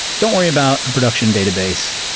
don't worry about a production database.